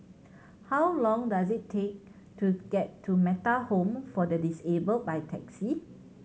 how long does it take to get to Metta Home for the Disabled by taxi